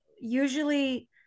usually